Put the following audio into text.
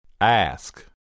Ask